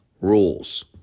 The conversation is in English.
Rules